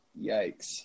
yikes